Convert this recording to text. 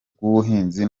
rw’ubuhinzi